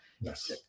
Yes